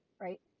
right